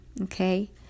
Okay